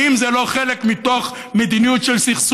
האם זה לא חלק ממדיניות של סכסוך,